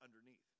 underneath